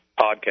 podcast